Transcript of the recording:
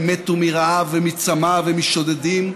הם מתו מרעב, מצמא, משודדים,